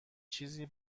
چیزی